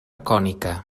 cònica